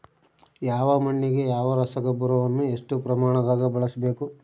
ಯಾವ ಮಣ್ಣಿಗೆ ಯಾವ ರಸಗೊಬ್ಬರವನ್ನು ಎಷ್ಟು ಪ್ರಮಾಣದಾಗ ಬಳಸ್ಬೇಕು?